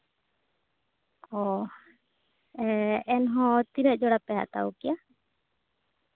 ᱚᱻ ᱮᱱᱦᱚᱸ ᱛᱤᱱᱟᱹᱜ ᱡᱚᱲᱟᱯᱮ ᱦᱟᱛᱟᱣ ᱠᱮᱭᱟ